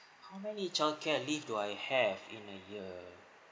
how many childcare leave do I have in a year